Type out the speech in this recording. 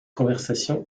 conversation